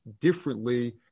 differently